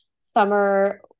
Summer